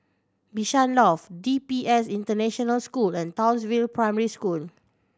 Bishan Loft D P S International School and Townsville Primary School